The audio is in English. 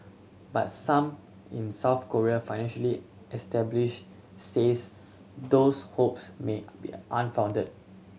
but some in South Korea financially establish says those hopes may be unfounded